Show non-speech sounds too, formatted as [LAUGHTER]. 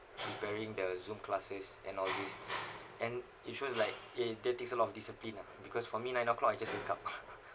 preparing the zoom classes and all these and it shows like uh that takes a lot of discipline lah because for me nine o'clock I just wake up [LAUGHS]